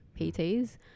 PTs